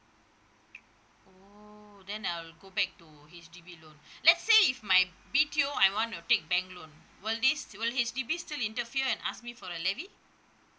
oh then I'll go back to H_D_B loan let's say if my B_T_O I wanna take bank loan will this will H_D_B still interfere and ask me for a levy